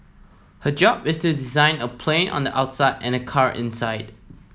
his job is to design a plane on the outside and a car inside